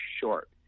short